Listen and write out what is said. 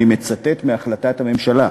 אני מצטט מהחלטת הממשלה: